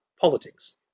politics